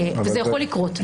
וזה יכול לקרות.